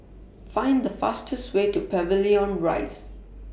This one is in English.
Find The fastest Way to Pavilion Rise